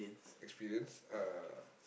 experience uh